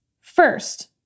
first